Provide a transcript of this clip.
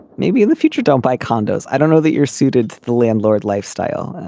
maybe in the future don't buy condos. i don't know that you're suited the landlord lifestyle.